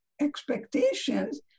expectations